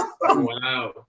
Wow